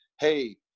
Hey